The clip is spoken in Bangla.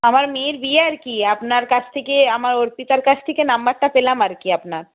আমার মেয়ের বিয়ে আর কি আপনার কাছ থেকে আমার অর্পিতার কাছ থেকে নাম্বারটা পেলাম আর কি আপনার